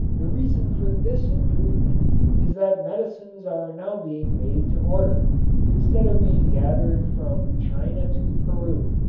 the reason for this improvement is that medicines are now being made to order instead of being gathered from china to peru.